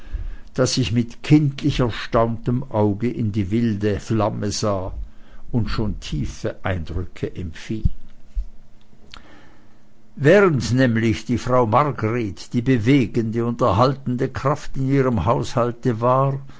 daß ich mit kindlich erstauntem auge in die wilde flamme sah und schon tiefe eindrücke empfing während nämlich die frau margret die bewegende und erhaltende kraft in ihrem haushalte war